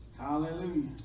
hallelujah